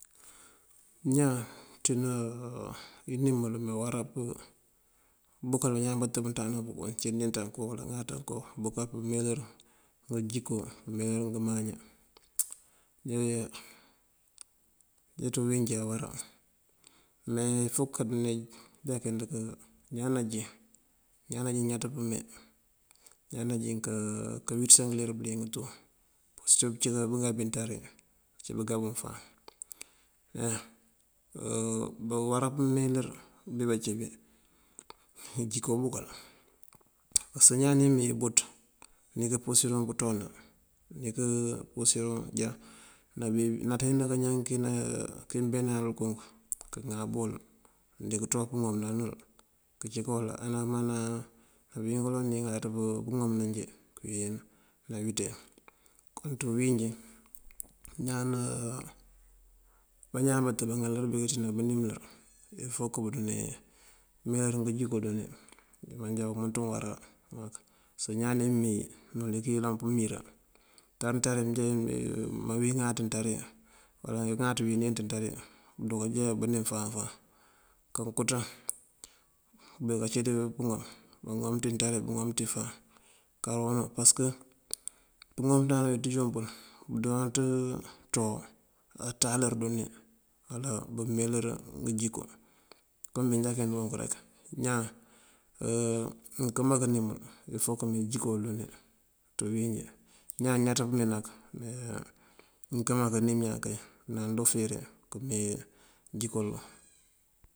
Ñaan ţína inimul awará pu bukal bañaan batêb bamënţandana bukuŋ ucí ni inţanku ŋaţanku buká pëmeeyëler ngëjiko pëmeeyëlër ngëmaña, njí ţí uwínjí awará. Me il fok karuna jákind kë ñaan najín, ñaan najín ñaţ pëmee, ñaan najín ka- kawiţës ngëler bëliyëng tú. Apurësir pëcína bëgá bí nţari ucí bëgá buŋ fáan. buwará pëmeeyëlër bí bací bí, ngëjiko bukal. Pasëk ñaani meeyi buţ ní mëmpurësir pëţoona ní këpurësirun pëjá nabi naţe ná kañan kina kí njá ŋal kuŋ këŋabol, mëndiŋ këţoo pëŋomëna nul këkikol anamana uwín kaloŋ ní ŋalaţ pëŋom ná njí këwín nawiţe. Ţí uwínjí ñaana, bañaan batëb baŋalër biki ţína bunimënlër il fok dudune meeyëlër ngëjiko dune, manjá wumënţ wuŋ wará mak. Pasëk ñaani meeyi nul ní këyëlan nuŋ pëmira. Nţari nţari mënjá mawín ŋáaţ nţari wala ŋáaţ awín nínţ nţari këduka já bënim fáan fáan kankoţan bëruka cí ţí pëŋom, baŋom ţí nţari bëŋom ţí fáan kar unú. Pasëk pëŋom pënţandana puŋ we ţíjun pul budoonaţ ţoo baţalër dune alor bëmeeyëlër ngëjiko. Kom bí jákind buŋ rek ñaan mënkëma kënimul il fok këmee jiko wul dune ţí uwínjí. Ñaan ñaţ pëmee nak mënkëma kënim ñaan kay dunan do fere këmee jiko wul